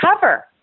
cover